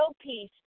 peace